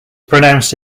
pronounced